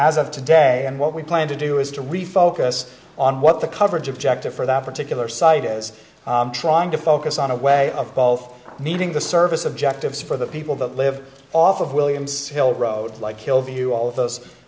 as of today and what we plan to do is to refocus on what the coverage objective for that particular site is trying to focus on a way of both meeting the service objectives for the people that live off of williams hill road like hillview all of those